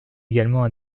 également